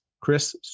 Chris